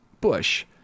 Bush